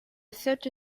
thirty